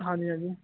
ਹਾਂਜੀ ਹਾਂਜੀ